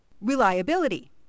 Reliability